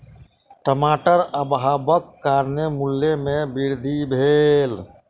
टमाटर अभावक कारणेँ मूल्य में वृद्धि भेल